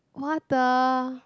what the